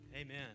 Amen